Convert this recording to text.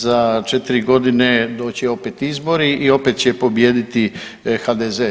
Za četiri godine doći će opet izbori i opet će pobijediti HDZ.